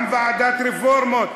גם ועדת רפורמות,